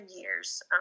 years